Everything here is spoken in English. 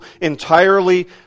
entirely